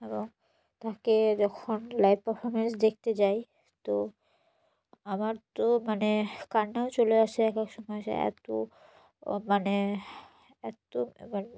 এবং তাকে যখন লাইভ পারফরম্যান্স দেখতে যাই তো আমার তো মানে কান্নাও চলে আসে এক এক সময় সে এতো মানে এত ম